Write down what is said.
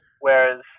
whereas